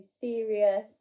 serious